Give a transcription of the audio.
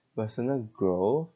personal growth